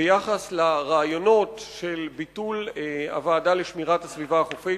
ביחס לרעיונות של ביטול הוועדה לשמירת הסביבה החופית,